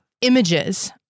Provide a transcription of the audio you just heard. images